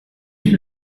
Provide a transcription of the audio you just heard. est